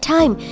Time